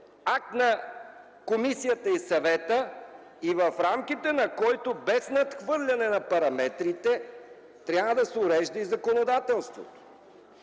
акт на Комисията и Съвета и в рамките на който без надхвърляне на параметрите трябва да се урежда и законодателството.